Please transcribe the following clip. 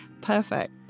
Perfect